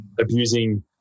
abusing